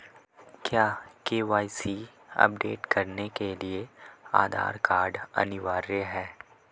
क्या KYC update करने के लिए आधार कार्ड अनिवार्य है?